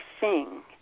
sing